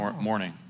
Morning